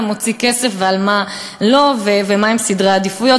מוציא כסף ועל מה לא ומה הם סדרי העדיפויות.